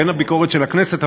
הן הביקורת של הכנסת,